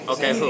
Okay